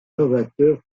novateur